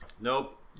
Nope